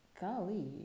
Golly